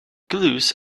clues